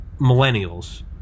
millennials